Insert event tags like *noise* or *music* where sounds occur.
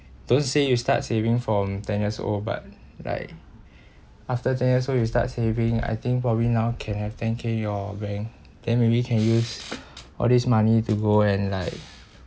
don't say you start saving from ten years old but like *breath* after ten years old you start saving I think probably now can have ten K in your bank then maybe can use *breath* all this money to go and like